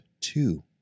two